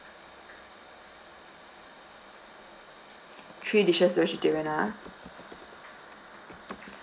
three dishes vegetarian ah